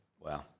Wow